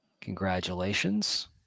Congratulations